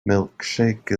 milkshake